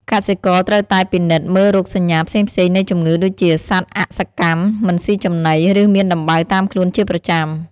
កសិករត្រូវតែពិនិត្យមើលរោគសញ្ញាផ្សេងៗនៃជំងឺដូចជាសត្វអសកម្ម មិនស៊ីចំណី ឬមានដំបៅតាមខ្លួនជាប្រចាំ។